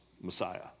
Messiah